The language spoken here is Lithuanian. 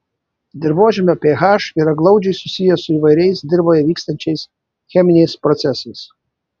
dirvožemio ph yra glaudžiai susijęs su įvairiais dirvoje vykstančiais cheminiais procesais